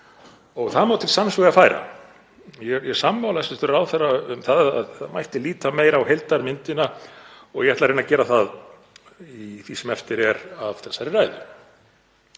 og það má til sanns vegar færa. Ég er sammála hæstv. ráðherra um að það mætti líta meira á heildarmyndina og ég ætla að reyna að gera það í því sem eftir er af þessari ræðu.